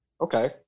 Okay